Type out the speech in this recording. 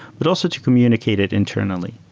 but also to communicate it internally.